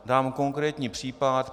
Dám konkrétní příklad.